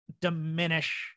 diminish